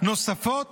נוספות